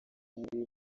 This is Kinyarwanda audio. muri